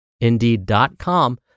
Indeed.com